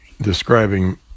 describing